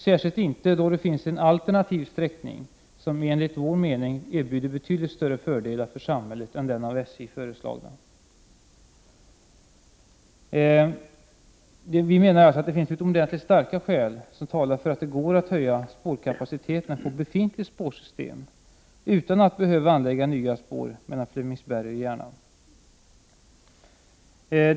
Särskilt inte då det finns en alternativ sträckning, som enligt vår mening erbjuder betydligt större fördelar för samhället än den av SJ föreslagna. Vi menar alltså att utomordentligt starka skäl talar för att det går att höja spårkapaciteten på befintligt spårsystem utan att behöva anlägga nya spår mellan Flemingsberg och Järna.